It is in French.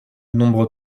nombre